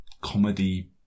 comedy